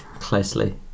Closely